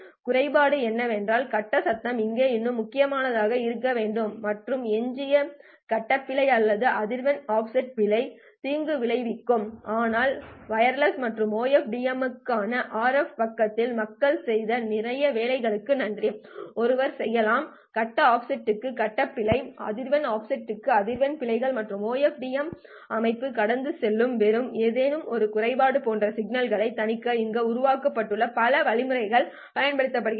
குறைபாடு என்னவென்றால் கட்ட சத்தம் இங்கே இன்னும் முக்கியமானதாக இருக்க வேண்டும் மற்றும் எஞ்சிய கட்ட பிழை அல்லது அதிர்வெண் ஆஃப்செட் பிழை தீங்கு விளைவிக்கும் ஆனால் வயர்லெஸ் மற்றும் OFDM க்கான RF பக்கத்தில் மக்கள் செய்த நிறைய வேலைகளுக்கு நன்றி ஒருவர் செய்யலாம் கட்ட ஆஃப்செட்டுகள் கட்ட பிழைகள் அதிர்வெண் ஆஃப்செட்டுகள் அதிர்வெண் பிழைகள் மற்றும் OFDM அமைப்பு கடந்து செல்லும் வேறு ஏதேனும் குறைபாடுகள் போன்ற சிக்கல்களைத் தணிக்க அங்கு உருவாக்கப்பட்டுள்ள பல வழிமுறைகளைப் பயன்படுத்துங்கள்